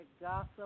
gossip